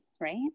right